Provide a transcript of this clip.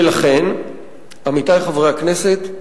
ולכן, עמיתי חברי הכנסת,